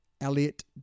Elliot